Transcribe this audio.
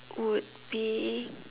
would be